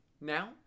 Now